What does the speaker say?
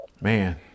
man